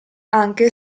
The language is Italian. anche